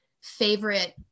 favorite